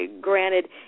granted